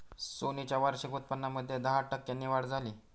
Sony च्या वार्षिक उत्पन्नामध्ये दहा टक्क्यांची वाढ झाली